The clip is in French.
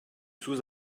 sous